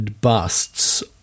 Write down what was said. busts